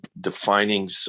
defining